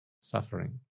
suffering